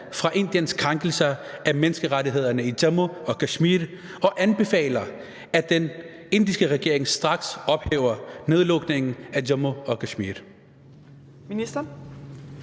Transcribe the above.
fra Indiens krænkelser af menneskerettighederne i Jammu og Kashmir og anbefaler, at den indiske regering straks ophæver nedlukningen af Jammu og Kashmir?